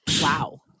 Wow